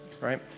Right